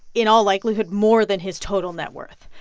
in all likelihood, more than his total net worth.